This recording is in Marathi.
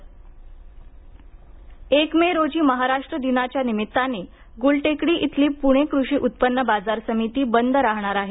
बाजार समिती बंद एक मे रोजी महाराष्ट्र दिनाच्या निमित्ताने गुलटेकडी इथली पुणे कृषी उत्पन्न बाजार समिती बंद राहणार आहे